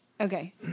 Okay